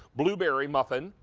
blueberry muffin,